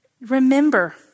remember